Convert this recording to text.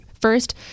first